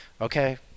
okay